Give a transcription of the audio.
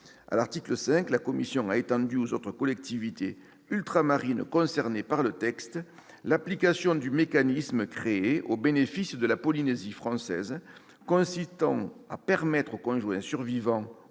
À l'article 5, la commission a étendu, aux autres collectivités ultramarines concernées par le texte, l'application du mécanisme créé au bénéfice de la Polynésie française, consistant à permettre au conjoint survivant